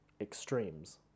extremes